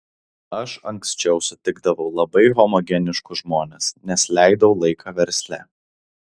aš anksčiau sutikdavau labai homogeniškus žmones nes leidau laiką versle